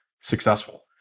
successful